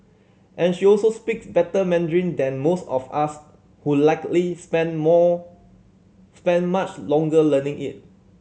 and she also speaks better Mandarin than most of us who likely spent more spent much longer learning it